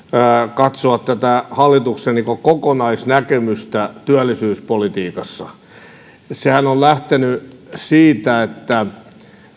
katsoa tätä hallituksen kokonaisnäkemystä työllisyyspolitiikassa sehän on lähtenyt siitä että